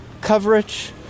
coverage